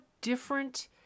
different